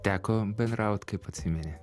teko bendraut kaip atsimeni